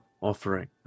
offering